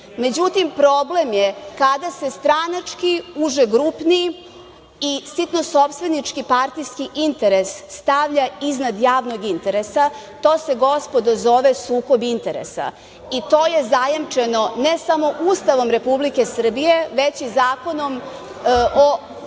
Međutim, problem je kada se stranački, užegrupni i sitnosopstvenički partijski interes stavlja iznad javnog interesa. To se, gospodo, zove sukob interesa. To je zajamčeno ne samo Ustavom Republike Srbije, već i Zakonom o sprečavanju